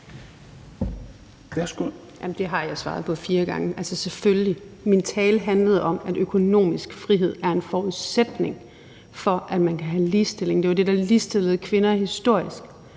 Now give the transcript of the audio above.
Det har jeg svaret på fire gange. Min tale handlede om, at økonomisk frihed er en forudsætning for, at man kan have ligestilling. Det var det, der historisk ligestillede kvinder, og